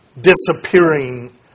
disappearing